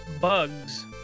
Bugs